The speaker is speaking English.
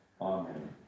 Amen